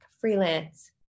freelance